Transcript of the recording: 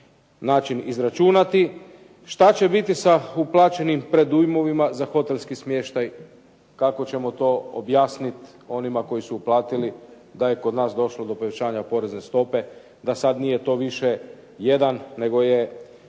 način izračunati? Što će biti sa uplaćenim predujmovima za hotelski smještaj? Kako ćemo to objasniti onima koji su uplatili da je kod nas došlo do povećanja porezne stope, da sad nije to više jedan, nego je